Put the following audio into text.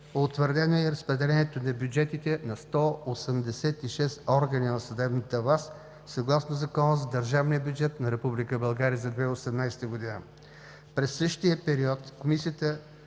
утвърдено е разпределението на бюджетите на 186 органа на съдебната власт съгласно Закона за държавния бюджет на Република България за 2018 г. През същия период Комисия